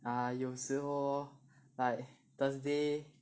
ah 有时候 lor like Thursday